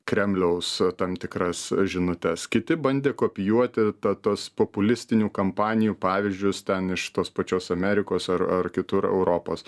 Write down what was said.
kremliaus tam tikras žinutes kiti bandė kopijuoti ta tuos populistinių kampanijų pavyzdžius ten iš tos pačios amerikos ar ar kitur europos